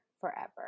forever